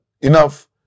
enough